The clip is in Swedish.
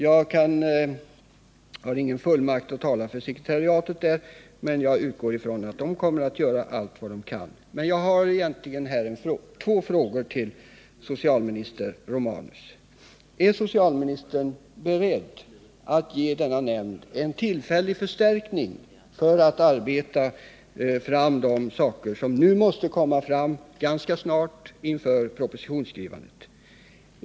Jag har ingen fullmakt att tala för sekretariatet, men jag utgår ifrån att de personer som ingår i sekretariatet kommer att göra allt vad de kan. Är socialministern beredd att ge alkoholpolitiska nämnden en tillfällig förstärkning, så att den kan arbeta fram de förslag som måste framläggas ganska snart inför propositionsskrivandet?